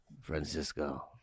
Francisco